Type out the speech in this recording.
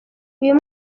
uyu